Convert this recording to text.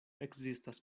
ekzistas